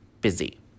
busy